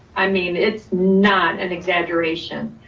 i mean, it's not an exaggeration.